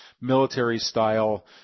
military-style